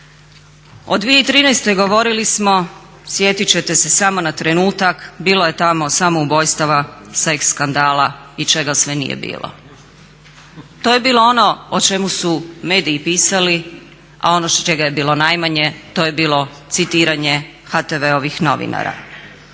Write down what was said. O 2013. govorili smo, sjetit ćete se samo na trenutak, bilo je tamo samoubojstava, seks skandala i čega sve nije bilo. To je bilo ono o čemu su mediji pisali a ono čega je bilo najmanje to je bilo citiranje HTV-ovih novinara.